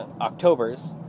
Octobers